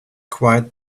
quite